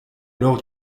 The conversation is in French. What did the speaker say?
alors